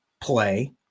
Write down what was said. play